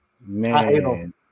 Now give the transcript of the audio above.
man